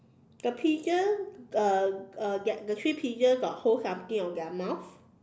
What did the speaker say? the pigeon uh uh get the three pigeon got hold something in their mouth